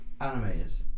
Animators